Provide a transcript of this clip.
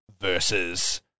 versus